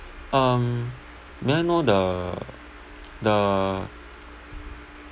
um may I know the the